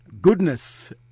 goodness